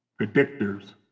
predictors